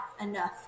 enough